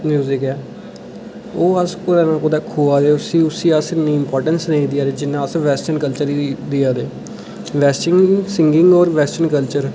music ऐ ओह् अस कुतै ना कुतै खुहा करने आं ओह् इन्नी इमपाटैंस नेईं देआ करदे जिन्ना वैस्टरन कल्चर गी दैआ दे न बैसे बी सिगंग ते वैस्टरन कलचर